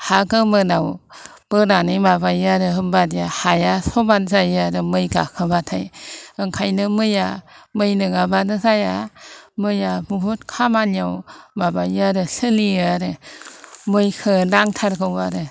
हा गोमोनाव बोनानै माबायो आरो होनबादि हाया समान जायो आरो मै गाखोबाथाय ओंखायनो मै नङाबानो जाया मैआ बुहुत खामानियाव माबायो आरो सोलियो आरो मैखो नांथारगौ आरो